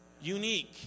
unique